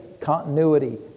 continuity